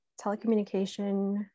telecommunication